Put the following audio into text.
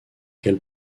quel